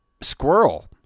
Squirrel